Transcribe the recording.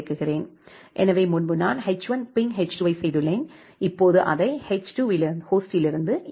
எனவே முன்பு நான் எச்1 பிங் எச்2 ஐ செய்துள்ளேன் இப்போது அதை எச்2 ஹோஸ்டிலிருந்து இயக்கவும்